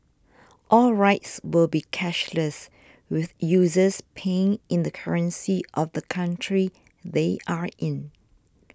all rides will be cashless with users paying in the currency of the country they are in